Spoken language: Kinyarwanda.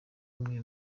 bimwe